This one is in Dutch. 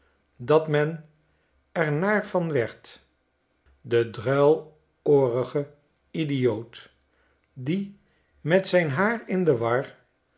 dat men er naar van werd de druiloorige idioot die met zijn haar in de war